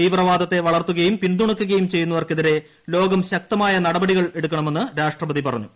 തീവ്രവാദത്തെ വളർത്തു്കും പിന്തുണയ്ക്കുകയും ചെയ്യുന്നവർക്കെതിരെ ലോകം ശക്തമായ നടപടികൾ എടുക്കണമെന്ന് രാഷ്ട്രപതി പറഞ്ഞു